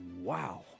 Wow